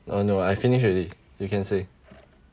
uh no I finish already you can say